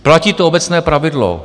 Platí to obecné pravidlo.